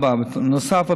בנוסף,